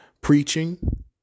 preaching